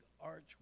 arch